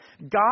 God